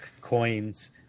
coins